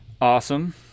Awesome